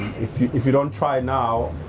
if you if you don't try now,